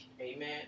Amen